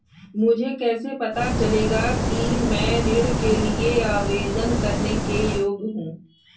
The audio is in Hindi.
मुझे कैसे पता चलेगा कि मैं ऋण के लिए आवेदन करने के योग्य हूँ?